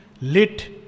lit